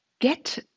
get